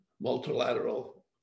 multilateral